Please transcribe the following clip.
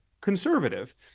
conservative